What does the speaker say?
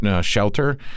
shelter